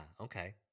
Okay